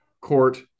court